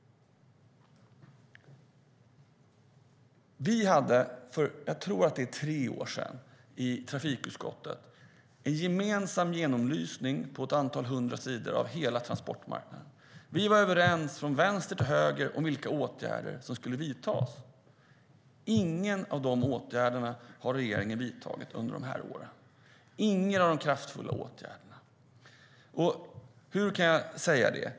Vi hade för tre år sedan, tror jag det var, i trafikutskottet en gemensam genomlysning på ett antal hundra sidor av hela transportmarknaden. Vi var överens från vänster till höger om vilka åtgärder som skulle vidtas. Ingen av de kraftfulla åtgärderna har regeringen vidtagit under dessa år. Hur kan jag säga det?